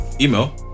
email